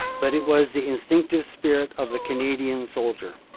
but it was the instinctive spirit of the canadian soldier.